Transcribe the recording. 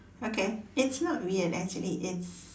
okay it's not weird actually it's